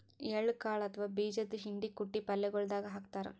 ಎಳ್ಳ ಕಾಳ್ ಅಥವಾ ಬೀಜದ್ದು ಹಿಂಡಿ ಕುಟ್ಟಿ ಪಲ್ಯಗೊಳ್ ದಾಗ್ ಹಾಕ್ತಾರ್